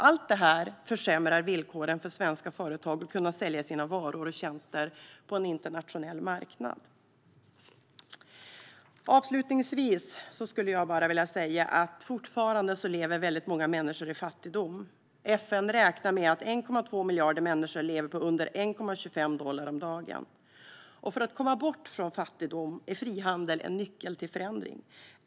Allt detta försämrar villkoren för svenska företag när det gäller att kunna sälja sina varor och tjänster på en internationell marknad. Avslutningsvis vill jag säga att fortfarande lever väldigt många människor i fattigdom. FN räknar med att 1,2 miljarder människor lever på under 1,25 dollar om dagen. För att komma bort från fattigdom är frihandel en nyckel till förändring.